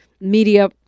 media